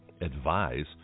advise